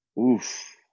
Oof